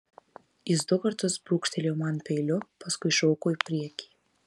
jis du kartus brūkštelėjo man peiliu paskui šoko į priekį